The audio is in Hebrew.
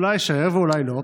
אולי יישאר ואולי לא.